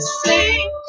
sing